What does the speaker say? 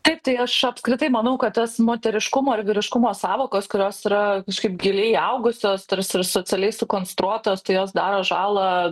taip tai aš apskritai manau kad tos moteriškumo ir vyriškumo sąvokos kurios yra kažkaip giliai įaugusios tarsi ir socialiai sukonstruotos tai jos daro žalą